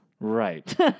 Right